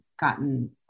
gotten